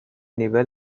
nivel